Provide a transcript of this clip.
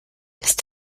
ist